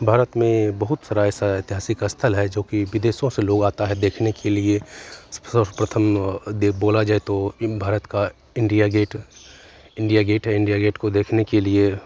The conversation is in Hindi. भारत में बहुत सारा ऐसा ऐतिहासिक स्थल है जो कि विदेशों से लोग आता है देखने के लिए सर्व प्रथम दे बोला जाए तो ए भारत का इंडिया गेट इंडिया गेट है इंडिया गेट को देखने के लिए